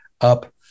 up